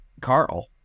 Carl